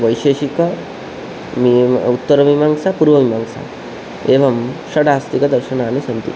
वैशेषिकं मीमांसा उत्तरमीमांसा पूर्वमीमांसा एवं षडास्तिकदर्शनानि सन्ति